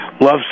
loves